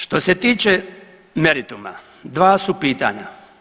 Što se tiče merituma, dva su pitanja.